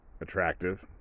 attractive